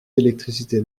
d’électricité